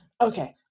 Okay